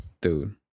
dude